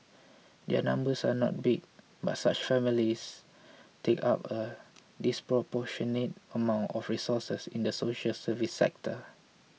their numbers are not big but such families take up a disproportionate amount of resources in the social service sector